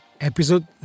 Episode